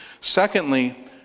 Secondly